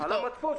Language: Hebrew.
וצורך